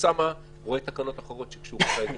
ואוסאמה רואה תקנות אחרות שקשורות לעניין.